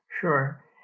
Sure